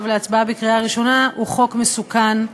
להצבעה בקריאה ראשונה הוא חוק מסוכן,